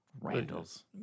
Randall's